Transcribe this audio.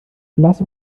blass